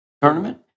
tournament